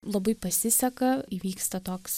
labai pasiseka įvyksta toks